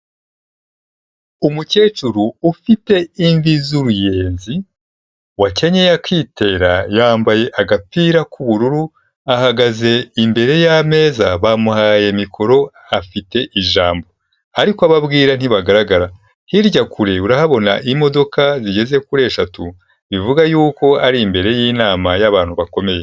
Umukecuru ufite imvi z'uruyenzi wakenyeye akitera yambaye agapira k'ubururu ahagaze imbere y'ameza bamuhaye mikoro afite ijambo ariko abo abwira ntibagaragara, hirya kure urahabona imodoka zigeze kuri eshatu bivuga yuko ari imbere y'inama y'abantu bakomeye.